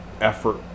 effort